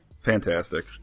Fantastic